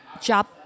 job